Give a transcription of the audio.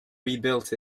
rebuilt